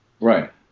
right